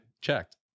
checked